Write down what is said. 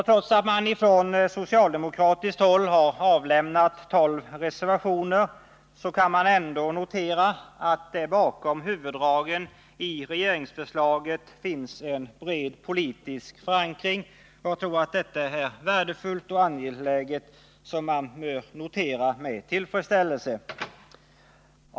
Trots att man från socialdemokratiskt håll har avlämnat tolv reservationer kan ändå noteras att det bakom huvuddragen i regeringsförslaget finns en bred politisk förankring. Jag tror att detta är värdefullt och angeläget och bör noteras med tillfredsställelse.